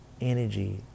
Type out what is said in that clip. energy